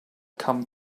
come